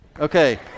Okay